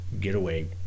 getaway